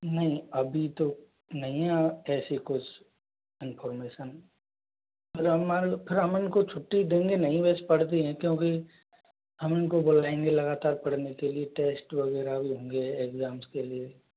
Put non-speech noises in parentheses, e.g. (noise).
नहीं अभी तो नहीं हैं ऐसी कुछ इनफार्मेशन फिर (unintelligible) फिर हम इनको छुट्टी देंगे नहीं वैसे पड़ती है क्योंकि हम उनको बोलेंगे लगातार पढ़ने के लिए टेस्ट वगैरह भी होंगे इग्ज़ैम्स के लिए